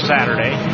Saturday